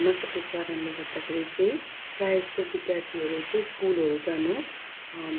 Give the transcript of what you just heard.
नसकेको कारणले गर्दाखेरि चाहिँ प्राय जस्तो विद्यार्थीहरू चाहिँ स्कुलहरू जानु